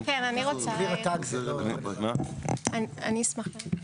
כן, אני אשמח להעיר.